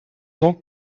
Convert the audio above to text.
donc